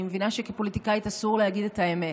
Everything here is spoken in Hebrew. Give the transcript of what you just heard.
אני מבינה שכפוליטיקאית אסור להגיד את האמת.